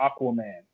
Aquaman